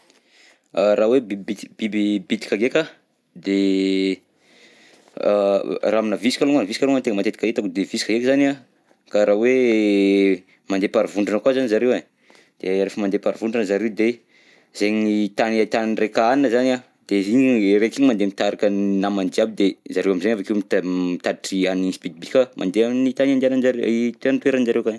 A raha hoe biby, biby bitika ndreka, de a raha aminà visika moa, visika moa no tena matetika hitako de visika heky zany an, karaha hoe mandeha par vondrona koa zany zareo e, de rehefa mandeha par vondrona zareo de zay tany ahitan-draika hanina zany an, de igny raika iny mandeha mitarika ny namany jiaby de, zareo amizay avy akeo mita- mitatitry hanin yizy biby ka mandeha amin'ny tany andihananjare i tany itoeran-jareo.